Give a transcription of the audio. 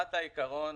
ברמת העיקרון